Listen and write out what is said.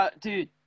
Dude